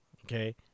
Okay